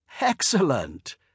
Excellent